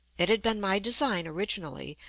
it had been my design, originally,